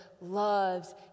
loves